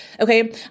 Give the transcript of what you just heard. Okay